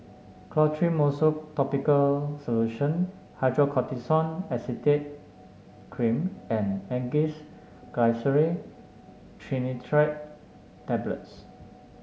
Clotrimozole Topical Solution Hydrocortisone Acetate Cream and Angised Glyceryl Trinitrate Tablets